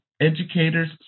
educators